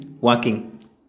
working